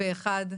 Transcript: פה אחד.